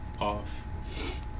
off